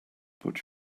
put